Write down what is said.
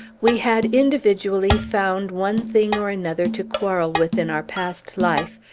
we had individually found one thing or another to quarrel with in our past life,